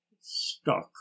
stuck